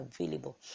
available